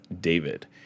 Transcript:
David